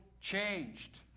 changed